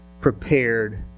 prepared